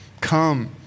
Come